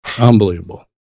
Unbelievable